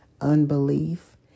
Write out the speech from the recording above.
unbelief